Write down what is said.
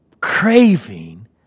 craving